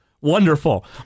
Wonderful